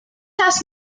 has